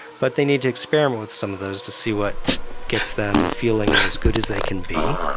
but they need to experiment with some of those to see what gets them feeling as good as they can be.